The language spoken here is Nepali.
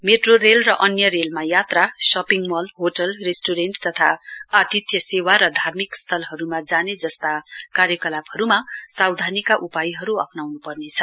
मेट्रो रेल र अन्य रेलमा यात्रा शपिङ मल होटल रेस्टुरेण्ट तथा आतिथ्य सेवा र धार्मिक स्थलहरुमा जाने जस्ता कार्यकलापहरुमा सावधानीका उपायहरु अप्नाउनु पर्नेछ